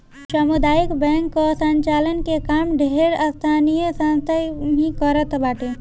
सामुदायिक बैंक कअ संचालन के काम ढेर स्थानीय संस्था ही करत बाटे